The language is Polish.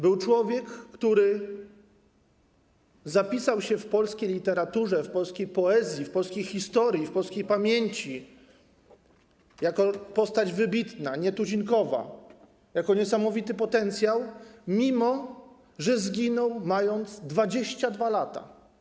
Był to człowiek, który zapisał się w polskiej literaturze, w polskiej poezji, w polskiej historii, w polskiej pamięci jako postać wybitna, nietuzinkowa, jako niesamowity potencjał, mimo że zginął, mając 22 lata.